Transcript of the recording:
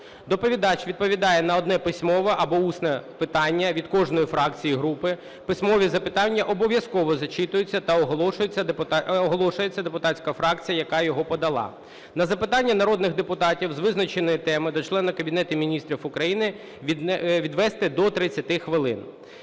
Доповідач відповідає на одне письмове або усне питання від кожної фракції і групи, письмові запитання обов'язково зачитуються та оголошується депутатською фракцією, яка його подала. На запитання народних депутатів з визначеної теми до членів Кабінету Міністрів України відвести до 30 хвилин.